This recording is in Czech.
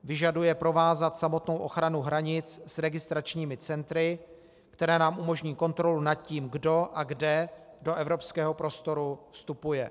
Vyžaduje provázat samotnou ochranu hranic s registračními centry, která nám umožní kontrolu nad tím, kdo a kde do evropského prostoru vstupuje.